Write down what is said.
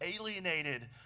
alienated